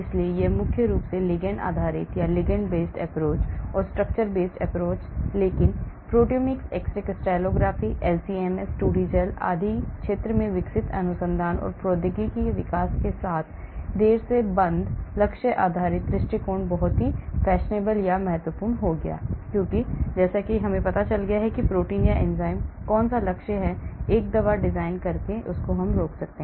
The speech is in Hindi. इसलिए यह मुख्य रूप से लिगैंड आधारित ligand based approach or structure based approach लेकिन proteomics x ray crystallography LCMS 2D gel आदि के क्षेत्र में विकसित अनुसंधान और प्रौद्योगिकी विकास के साथ देर से बंद लक्ष्य आधारित दृष्टिकोण बहुत ही फैशनेबल या महत्वपूर्ण हो गया क्योंकि मुझे पता चल जाएगा कि प्रोटीन या एंजाइम कौन सा लक्ष्य है एक दवा डिजाइन करके रोकना